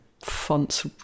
fonts